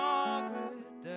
Margaret